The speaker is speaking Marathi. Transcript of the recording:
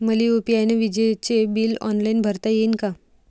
मले यू.पी.आय न विजेचे बिल ऑनलाईन भरता येईन का?